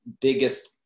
biggest